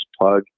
plug